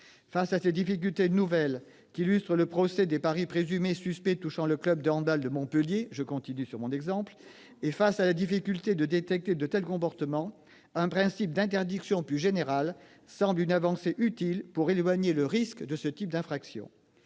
Face à ces difficultés nouvelles, qu'illustre le procès des paris présumés suspects touchant le club de handball de Montpellier et face à la difficulté de détecter de tels comportements, un principe d'interdiction plus général semble une avancée utile pour éloigner le risque de ce type d'infraction.